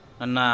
Anna